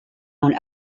zone